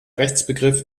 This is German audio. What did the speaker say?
rechtsbegriff